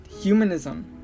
Humanism